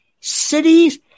cities